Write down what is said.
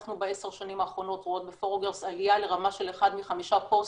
אנחנו בעשר השנים האחרונות רואות ב-4girls עליה לרמה של 1 מ-5 פוסטים,